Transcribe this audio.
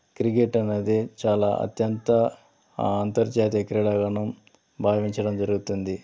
cricket అనేది చాలా అత్యంత అంతర్జాతీయ క్రీడాగనం భావించడం జరుగుతుంది